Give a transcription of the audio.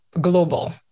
global